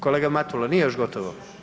Kolega Matula, nije još gotovo.